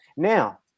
Now